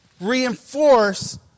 reinforce